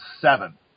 seven